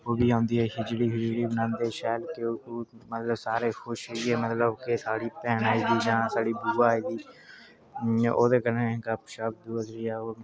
उब्भी औंदियां खिचड़ी खुचड़ी बनांदे शैल मतलब सारे खुश मतलब इयै कि साढ़ी भैन आई दी जां साढ़ी बुआ आई दी ओह्दे कन्नै गप्प शप्प खुशी दूआ त्रीया